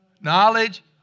knowledge